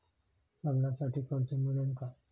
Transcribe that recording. लग्नासाठी कर्ज मिळेल का?